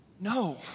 no